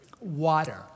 Water